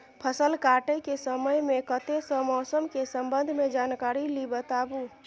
फसल काटय के समय मे कत्ते सॅ मौसम के संबंध मे जानकारी ली बताबू?